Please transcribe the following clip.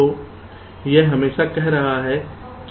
तो यह हमेशा कह रहा है कि यह 0 नहीं है